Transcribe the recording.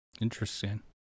interesting